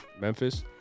Memphis